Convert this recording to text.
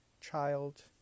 child